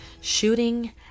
shooting